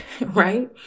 right